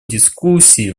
дискуссии